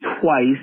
twice